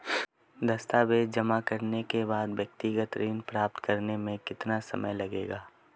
दस्तावेज़ जमा करने के बाद व्यक्तिगत ऋण प्राप्त करने में कितना समय लगेगा?